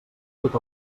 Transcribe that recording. tot